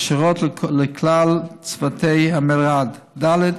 הכשרות לכלל צוותי המלר"ד, ד.